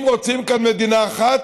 אם רוצים כאן מדינה אחת,